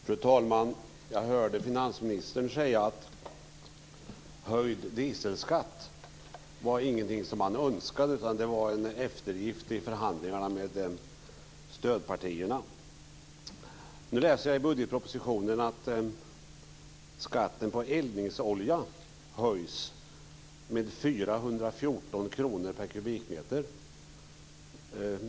Fru talman! Jag hörde finansministern säga att höjd dieselskatt inte var någonting man önskade, utan det var en eftergift i förhandlingarna med stödpartierna. Nu läser jag i budgetpropositionen att skatten på eldningsolja höjs med 414 kr per kubikmeter.